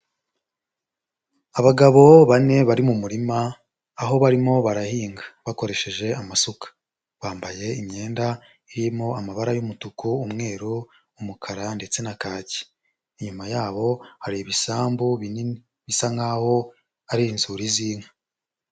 Abagabo bane bari mu murima aho barimo barahinga bakoresheje amasuka, bambaye imyenda irimo amabara y'umutuku, umweru, umukara ndetse na kaki, inyuma yabo hari ibisambu binini bisa nkaho ari inzuri z'inka.